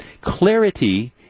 clarity